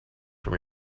from